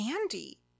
Andy